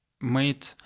made